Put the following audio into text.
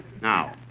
Now